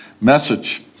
message